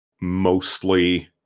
mostly